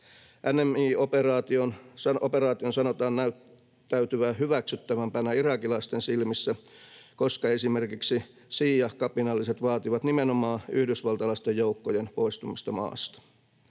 NMI-operaation sanotaan näyttäytyvän hyväksyttävämpänä irakilaisten silmissä, koska esimerkiksi šiiakapinalliset vaativat nimenomaan yhdysvaltalaisten joukkojen poistumista maasta.